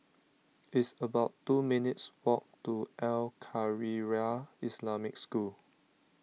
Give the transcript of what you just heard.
it's about two minutes' walk to Al Khairiah Islamic School